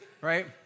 right